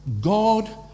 God